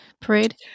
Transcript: parade